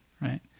right